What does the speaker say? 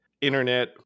internet